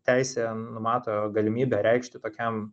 teisė numato galimybę reikšti tokiam